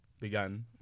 began